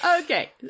Okay